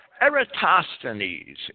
Eratosthenes